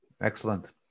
Excellent